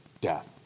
death